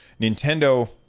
Nintendo